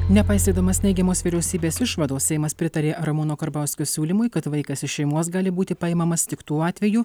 nepaisydamas neigiamos vyriausybės išvados seimas pritarė ramūno karbauskio siūlymui kad vaikas iš šeimos gali būti paimamas tik tuo atveju